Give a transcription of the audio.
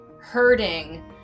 hurting